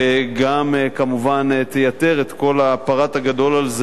וגם כמובן יתייתר כל האפארט הגדול הזה,